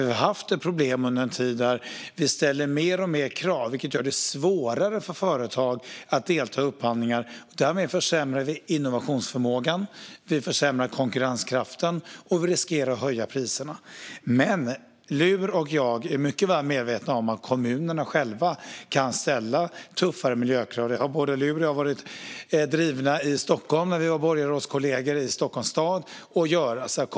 Vi har haft ett problem under en tid där vi ställer mer och mer krav, vilket gör det svårare för företag att delta i upphandlingar. Därmed försämrar vi innovationsförmågan och konkurrenskraften, och vi riskerar att höja priserna. Men Luhr och jag är mycket väl medvetna om att kommunerna själva kan ställa tuffare miljökrav. Både Luhr och jag var, när vi var borgarrådskollegor i Stockholm stad, drivande i detta.